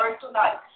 tonight